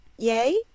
yay